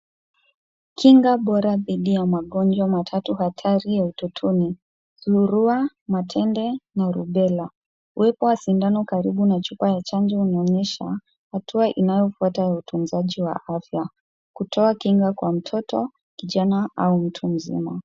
Kinga bora dhidi ya magonjwa matatu hatari ya utotoni. Surua, Matende na Rubella . Uwepo wa sindano karibu na chupa ya chanjo unaonyesha hatua inayofuata ya utunzaji wa afya. Kutoa kinga kwa mtoto, kijana au mtu mzima.